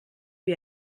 wie